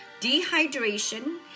Dehydration